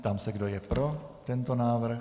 Ptám se, kdo je pro tento návrh.